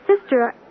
sister